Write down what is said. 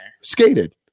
skated